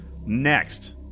next